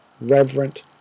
reverent